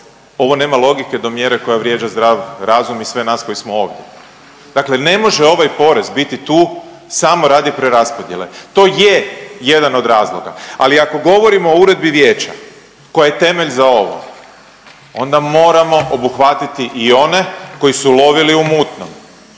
ovo nema logike do mjere koja vrijeđa zdrav razum i sve nas koji smo ovdje. Dakle, ne može ovaj porez biti tu samo radi preraspodjele. To je jedan od razloga, ali ako govorimo o Uredbi vijeća koja je temelj za ovo onda moramo obuhvatiti i one koji su lovili u mutnom.